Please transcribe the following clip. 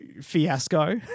fiasco